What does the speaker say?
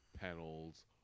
panels